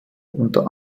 unter